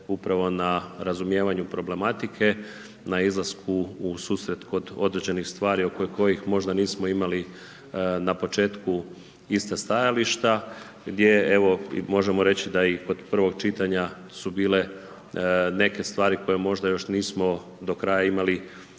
upravo na razumijevanju problematike, na izlasku u susret kod određenih stvari oko kojih možda nismo imali na početku ista stajališta gdje evo, možemo reći i kod prvog čitanja su bile neke stvari koje možda još nismo do kraja imali